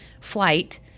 flight